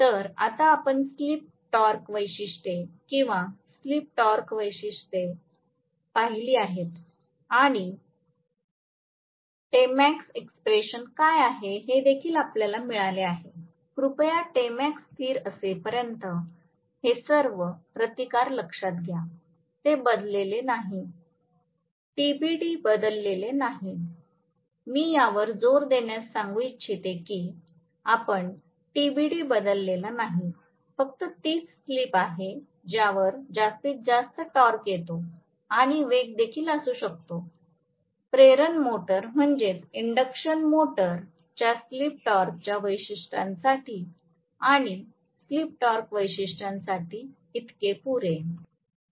तर आता आपण स्लिप टॉर्क वैशिष्ट्ये किंवा स्पीड टॉर्क वैशिष्ट्ये पाहिली आहोत आणि टेमॅक्स एक्सप्रेशन काय आहे हे देखील आपल्याला मिळाले आहे कृपया टेमाक्स स्थिर असेपर्यंत हे सर्व प्रतिकार लक्षात घ्या ते बदललेले नाही टीबीडी बदललेले नाही मी यावर जोर देण्यास सांगू इच्छिते की आपण टीबीडी बदललेला नाही फक्त तीच स्लिप आहे ज्यावर जास्तीत जास्त टॉर्क येतो आणि वेग देखील असू शकतो प्रेरण मोटर च्या स्लिप टॉर्कच्या वैशिष्ट्यांसाठी आणि स्पीड टॉर्क वैशिष्ट्यांसाठी इतके पुरे